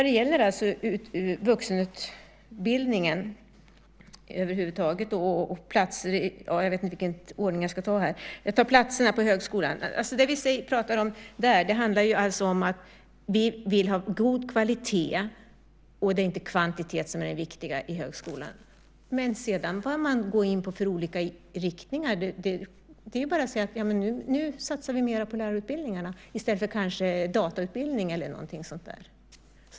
Det vi pratar om när det gäller platserna på högskolan är att vi vill ha god kvalitet. Det är inte kvantitet som är det viktiga i högskolan. Men sedan bör man gå in för olika riktningar. Det är bara att säga att nu satsar vi mer på lärarutbildningarna i stället för datautbildning eller något sådant.